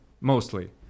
mostly